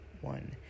one